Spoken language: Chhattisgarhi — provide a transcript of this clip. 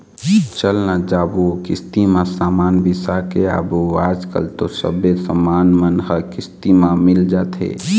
चल न जाबो किस्ती म समान बिसा के आबो आजकल तो सबे समान मन ह किस्ती म मिल जाथे